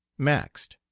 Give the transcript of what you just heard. maxed